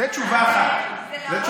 זו תשובה אחת.